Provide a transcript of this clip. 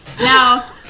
now